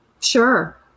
Sure